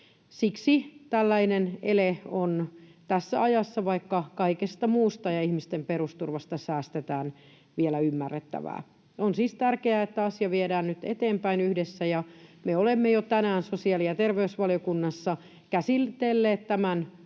Siksi tällainen ele on tässä ajassa, vaikka kaikesta muusta ja ihmisten perusturvasta säästetään, vielä ymmärrettävä. On siis tärkeää, että asia viedään nyt eteenpäin yhdessä. Me olemme jo tänään sosiaali- ja terveysvaliokunnassa käsitelleet tämän asian